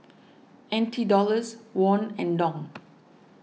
N T Dollars Won and Dong